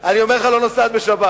אני אומר לך, לא נוסעת בשבת.